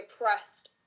oppressed